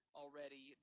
already